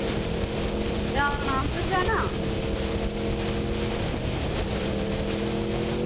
जाना तुसें जाना